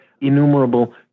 innumerable